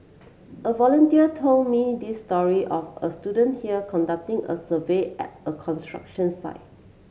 a volunteer told me this story of a student here conducting a survey at a construction site